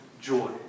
joy